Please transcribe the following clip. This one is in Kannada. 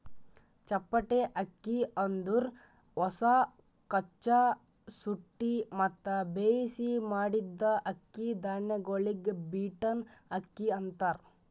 ಚಪ್ಪಟೆ ಅಕ್ಕಿ ಅಂದುರ್ ಹೊಸ, ಕಚ್ಚಾ, ಸುಟ್ಟಿ ಮತ್ತ ಬೇಯಿಸಿ ಮಾಡಿದ್ದ ಅಕ್ಕಿ ಧಾನ್ಯಗೊಳಿಗ್ ಬೀಟನ್ ಅಕ್ಕಿ ಅಂತಾರ್